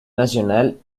nacional